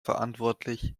verantwortlich